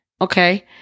okay